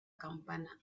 campana